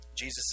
Jesus